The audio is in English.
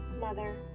mother